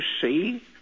see